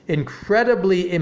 incredibly